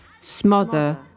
smother